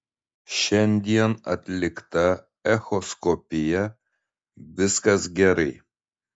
šiandien atlikta echoskopija viskas gerai